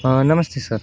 हा नमस्ते सर